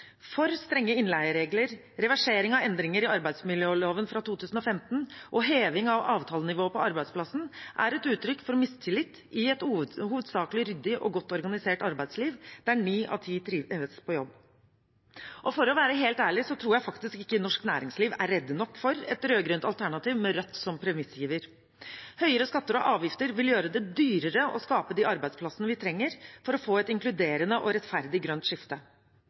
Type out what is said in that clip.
For strenge innleieregler, reversering av endringer i arbeidsmiljøloven fra 2015 og heving av avtalenivået på arbeidsplassen er et uttrykk for mistillit i et hovedsakelig ryddig og godt organisert arbeidsliv, der ni av ti trives på jobb. For å være helt ærlig tror jeg ikke at norsk næringsliv er redde nok for et rød-grønt alternativ med Rødt som premissgiver. Høyere skatter og avgifter vil gjøre det dyrere å skape de arbeidsplassene vi trenger for å få et inkluderende og rettferdig grønt skifte.